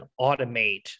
automate